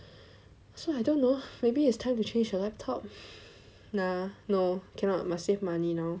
so I don't know maybe it's time to change a laptop nah no cannot must save money now